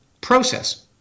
process